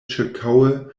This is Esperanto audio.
ĉirkaŭe